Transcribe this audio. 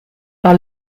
par